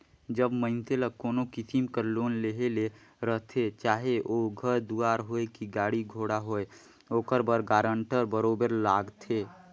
जब मइनसे ल कोनो किसिम कर लोन लेहे ले रहथे चाहे ओ घर दुवार होए कि गाड़ी घोड़ा होए ओकर बर गारंटर बरोबेर लागथे